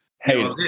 Hey